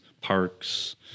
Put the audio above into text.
parks